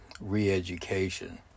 re-education